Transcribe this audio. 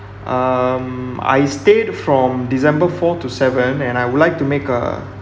um I stayed from december fourth to seventh and I would like to make a